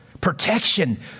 protection